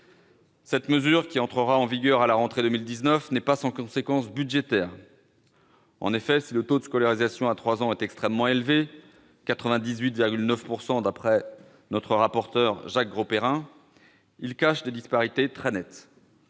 Cette mesure, qui entrera en vigueur à la rentrée de 2019, n'est pas sans conséquences budgétaires. En effet, si le taux de scolarisation à trois ans est extrêmement élevé- 98,9 % d'après notre rapporteur pour avis Jacques Grosperrin -, il cache des disparités très nettes